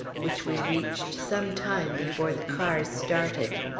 which we reached some time before the cars started.